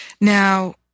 Now